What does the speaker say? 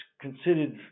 considered